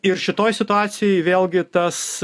ir šitoj situacijoj vėlgi tas